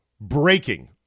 BREAKING